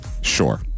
Sure